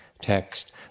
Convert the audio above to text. text